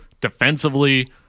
defensively